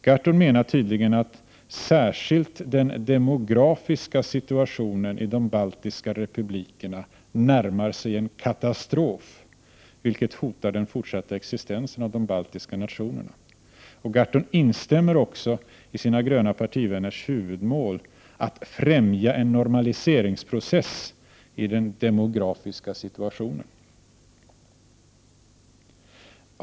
Gahrton menar tydligen att särskilt den demografiska situationen i de baltiska republikerna närmar sig en katastrof, vilket hotar den fortsatta existensen av de baltiska nationerna. Gahrton instämmer också i sina gröna partivänners huvudmål att främja en normaliseringsprocess i den demografiska situationen.